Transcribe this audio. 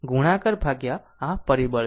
ગુણાકાર આ પરિબળ છે